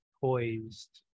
poised